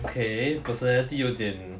okay personality 有点